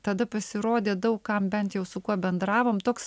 tada pasirodė daug kam bent jau su kuo bendravom toks